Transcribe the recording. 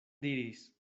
diris